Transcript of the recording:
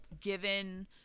given